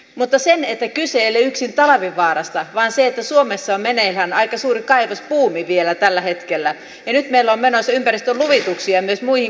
mutta kyse ei ole yksin talvivaarasta vaan suomessa on meneillään aika suuri kaivosbuumi vielä tällä hetkellä ja nyt meillä on menossa ympäristöluvituksia myös muihin kaivoksiin